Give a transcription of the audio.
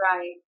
Right